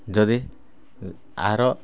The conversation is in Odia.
ଯଦି ଏହାର